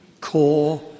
core